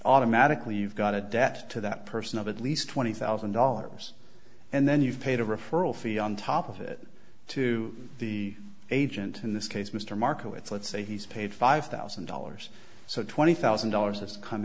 automatically you've got a debt to that person of at least twenty thousand dollars and then you've paid a referral fee on top of it to the agent in this case mr markowitz let's say he's paid five thousand dollars so twenty thousand dollars that's come